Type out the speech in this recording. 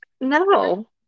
no